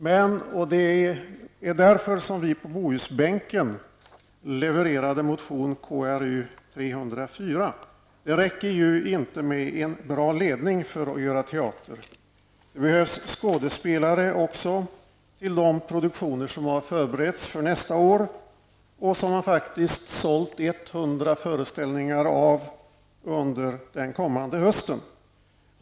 Men det räcker ju inte med en bra ledning för att spela teater. Det var därför som vi på Bohusbänken avgav motion KrU304. Det behövs även skådespelare till de produktioner som har förberetts för nästa år. Man har faktiskt sålt 100 föreställningar under den kommande hösten.